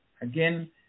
Again